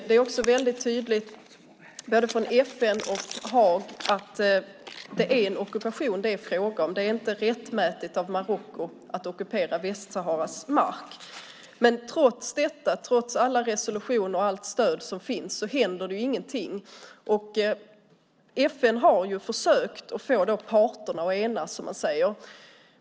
Det är också tydligt både från FN och från Haag att det är fråga om en ockupation; det är inte rättmätigt av Marocko att ockupera Västsaharas mark. Trots detta, trots alla resolutioner och allt stöd som finns, händer det ingenting. FN har försökt få parterna att enas, som man säger.